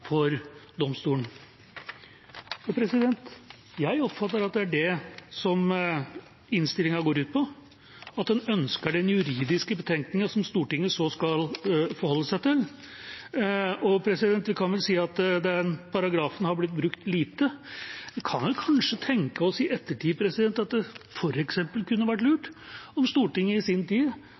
for domstolene.» Jeg oppfatter at det er det innstillingen går ut på – at en ønsker den juridiske betenkningen, som Stortinget så skal forholde seg til. Vi kan vel si at den paragrafen er blitt brukt lite. Vi kan kanskje tenke oss i ettertid at det f.eks. kunne vært lurt om Stortinget i sin tid